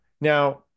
Now